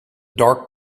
dark